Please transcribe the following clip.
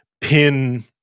pin